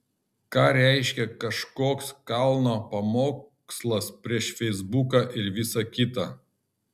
ką reiškia kažkoks kalno pamokslas prieš feisbuką ir visa kita